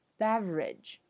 beverage